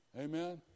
Amen